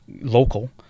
local